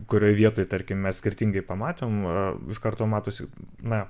kurioj vietoj tarkim mes skirtingai pamatėm iš karto matosi na